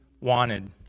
wanted